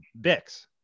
Bix